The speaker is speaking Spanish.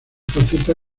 faceta